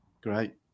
Great